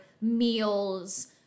meals